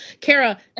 Kara